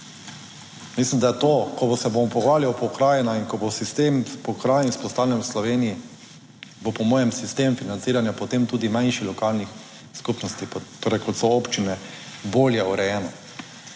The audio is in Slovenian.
Mislim, da je to ko se bomo pogovarjali o pokrajinah in ko bo sistem pokrajin vzpostavljen v Sloveniji, bo po mojem sistem financiranja potem tudi manjši Lokalni skupnosti, torej, kot so občine, bolje urejeno.